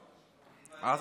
תתבייש.